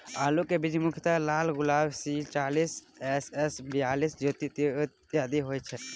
आलु केँ बीज मुख्यतः लालगुलाब, सी चालीस, एम.एस बयालिस, ज्योति, इत्यादि होए छैथ?